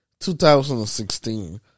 2016